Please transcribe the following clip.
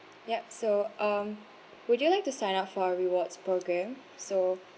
yup so um would you like to sign up for our rewards programme so